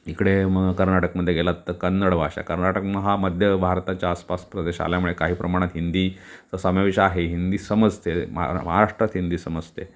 इकडे मग कर्नाटकमध्ये गेलात तर कन्नड भाषा कर्नाटक मग हा मध्य भारताच्या आसपास प्रदेश आल्यामुळे काही प्रमाणात हिंदी चा समावेश आहे हिंदी समजते महा महाराष्ट्रात हिंदी समजते